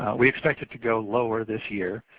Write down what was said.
we expect it to go lower this year,